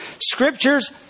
Scripture's